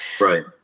Right